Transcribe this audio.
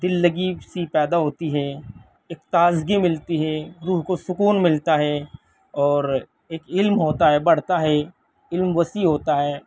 دل لگی سی پیدا ہوتی ہے ایک تازگی ملتی ہے روح کو سکون ملتا ہے اور ایک علم ہوتا ہے بڑھتا ہے علم وسیع ہوتا ہے